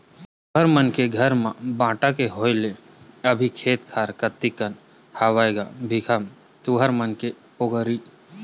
तुँहर मन के घर म बांटा के होय ले अभी खेत खार कतिक कन हवय गा भीखम तुँहर मन के पोगरी?